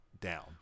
down